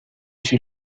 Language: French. chez